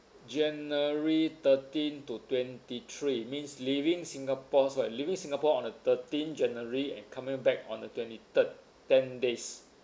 january thirteen to twenty three means leaving singapore so I leaving singapore on the thirteen january and coming back on the twenty third ten days